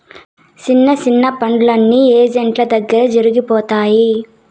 సిన్న సిన్న పనులన్నీ ఏజెంట్ల దగ్గరే జరిగిపోతాయి